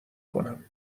کنم